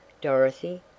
Dorothy